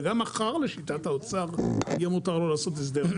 וגם מחר לשיטת האוצר יהיה מותר לו לעשות הסדר,